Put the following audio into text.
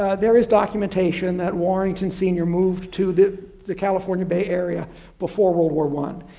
there is documentation that warrington sr moved to the the california bay area before world war one.